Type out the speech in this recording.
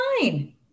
fine